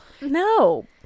No